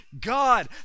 god